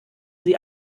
sie